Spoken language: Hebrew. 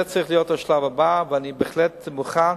זה צריך להיות השלב הבא, ואני בהחלט מוכן.